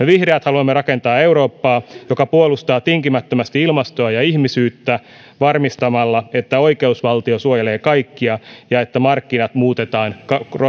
vihreät haluamme rakentaa eurooppaa joka puolustaa tinkimättömästi ilmastoa ja ihmisyyttä varmistamalla että oikeusvaltio suojelee kaikkia ja että markkinat muutetaan